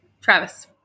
Travis